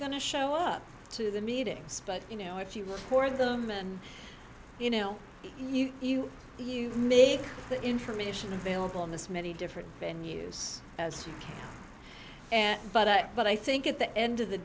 going to show up to the meetings but you know if you look for them and you know you you you made the information available in this many different venues as you can but but i think at the end of the